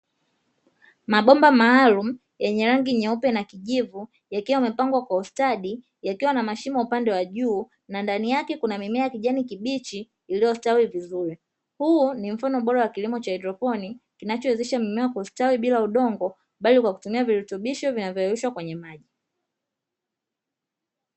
Mabomba maalumu yenye rangi nyeupe na kijivu yakiwa yamepangwa kwa ustadi yakiwa na mashimo upande wa juu; na ndani yake kuna mimea ya kijani kibichi iliyostawi vizuri, huu ni mfano bora wa kilimo cha haidroponi kinachowezesha mmea kustawi bila kutumia udongo, bali kwa kutumia virutubisho vinavyoyeyushwa kwenye maji.